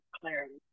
clarity